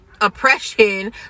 oppression